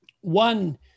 One